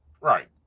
Right